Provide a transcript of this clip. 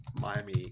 Miami